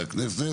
מחברי הכנסת